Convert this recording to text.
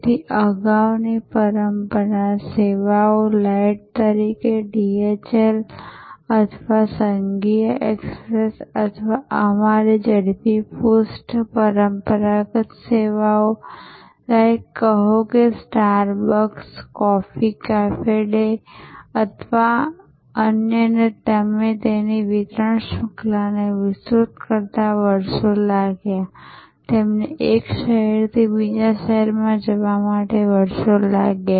તેથી અગાઉની પરંપરાગત સેવાઓ લાઇટ કહો કે DHL અથવા સંઘીય એક્સપ્રેસ અથવા અમારી ઝડપી પોસ્ટ પરંપરાગત સેવાઓ લાઇક કહો કે Starbucks Coffee Cafe Day અથવા અન્યને તેમની વિતરણ શૃંખલાને વિસ્તૃત કરવામાં વર્ષો લાગ્યાં તેમને એક શહેરથી બીજા શહેરમાં જવા માટે વર્ષો લાગ્યા